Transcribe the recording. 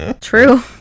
True